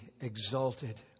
exalted